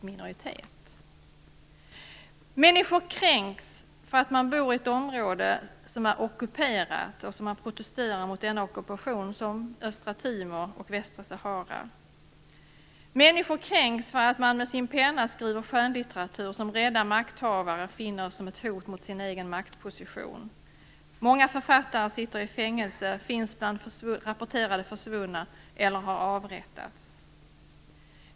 Människor kränks för att de bor i ett område som är ockuperat när de demonstrerar mot denna ockupation, i t.ex. Östra Timor och Västra Sahara. Människor kränks för att de med sin penna skriver skönlitteratur som rädda makthavare finner som ett hot mot sin egen maktposition. Många författare sitter i fängelse, finns bland rapporterade försvunna eller har avrättats.